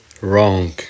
wrong